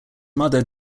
mother